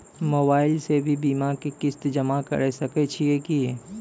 Mobile से भी बीमा के किस्त जमा करै सकैय छियै कि?